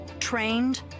trained